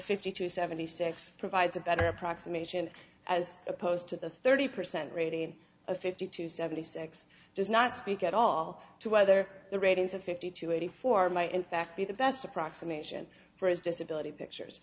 fifty to seventy six provides a better approximation as opposed to the thirty percent rating of fifty to seventy six does not speak at all to whether the ratings of fifty to eighty four my in fact be the best approximation for his disability pictures